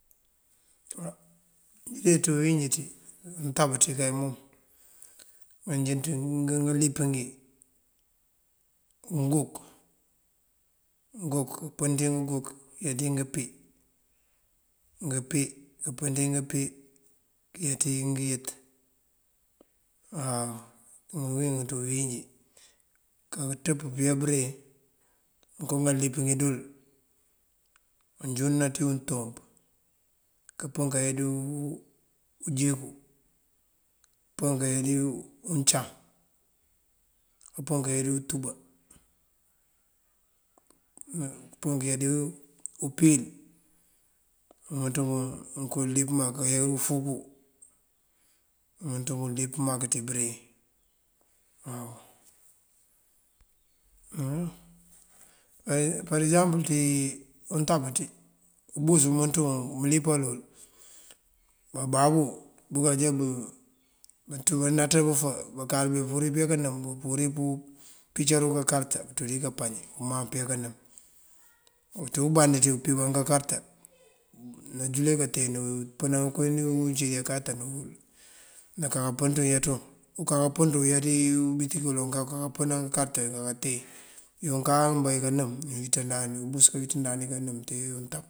Njí ţí bëwínjí ţí untab ţí kay mom ngëlíp ngí: uguk. Uguk, upën ţí uguk uyá ţí ngëmpí. Ngëmpí, upën ţí ngëmpí uyá ţí ngëyët waw ţí uwínjí. Kënţëp kayá bëreŋ ngonko nganlíp ngí dul manjúundëna ţí untúmp, këpën kayá dí ujeekú, këpën kayá dí uncaŋ, këpën kayá dí untúpa, këpën kayá dí umpil ngëmënţ ngun ngonko líp mak, kayá dí ufúkú ngëmënţ ngun líp mak ţí bëreŋ waw. par egësampël ţí untab ţí ubus umënţun ulípal wël, bababú bukajá bënáţa bëfá bakáaţ bëpuriríţ kayá kënëm, bëpurir bupicërul kankarta kanţú dí kapaña umaŋ kayá kënëm. ţí uband ţí upiban kankarta najule kanteen nupënan koowí cíwí kawáatanul. Na kanpën ţun nuyá ţun, ukaka pën ţun nuyá ubutik duloŋ kak naloŋ kapënan kankarëta canteen. Yunkaa umbe kënëm nuwíţadan, ubus kawíţadan kënëm tee dí untab.